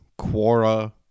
Quora